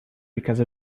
because